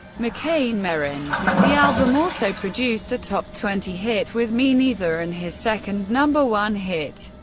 mccain merren. the album also produced a top twenty hit with me neither and his second number one hit,